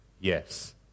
Yes